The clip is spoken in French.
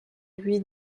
lui